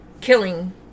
killing